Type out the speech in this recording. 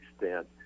extent